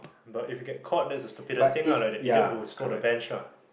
but if you get court that the stupidest thing lah like they it did who for the bench lah